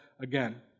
again